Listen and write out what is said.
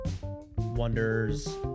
wonders